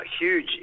huge